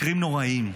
מקרים נוראיים.